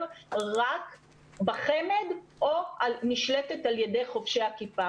רק בחמ"ד או נשלטת על ידי חובשי הכיפה.